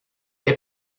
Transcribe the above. est